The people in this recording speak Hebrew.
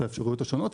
את האפשרויות השונות,